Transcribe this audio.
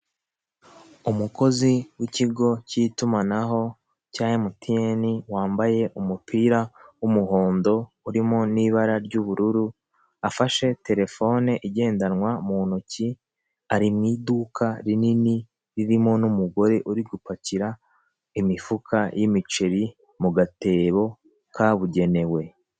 Umukozi w'ikigo cy'itumanaho cya emutiyeni wambaye umupira w'umuhondo urimo n'ibara ry'ubururu afashe terefone igendanwa mu ntoki ari mu iduka rinini ririmo n'umugore uri gupakira imifuka y'imiceri mu gatebo kabugenewe.